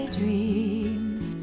dreams